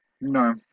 No